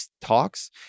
talks